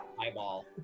eyeball